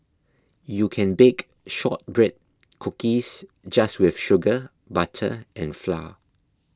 you can bake Shortbread Cookies just with sugar butter and flour